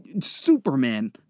Superman